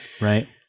right